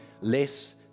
less